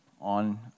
on